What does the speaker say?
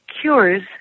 cures